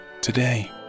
today